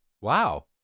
Wow